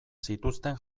zituzten